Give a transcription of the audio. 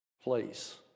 place